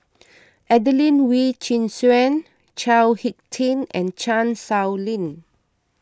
Adelene Wee Chin Suan Chao Hick Tin and Chan Sow Lin